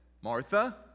Martha